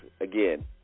Again